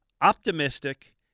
optimistic